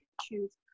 choose